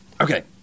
Okay